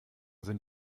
sind